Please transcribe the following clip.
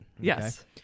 Yes